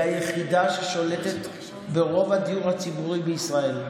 היא היחידה ששולטת ברוב הדיור הציבורי בישראל,